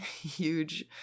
huge